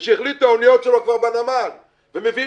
וכשהחליטו האניות שלו כבר בנמל ומביאים